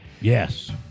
Yes